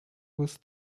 was